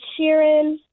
Sheeran